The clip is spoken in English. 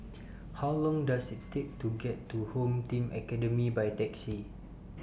How Long Does IT Take to get to Home Team Academy By Taxi